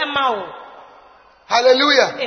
Hallelujah